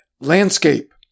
landscape